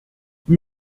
oui